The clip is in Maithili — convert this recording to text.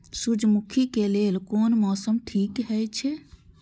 सूर्यमुखी के लेल कोन मौसम ठीक हे छे?